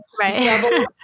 Right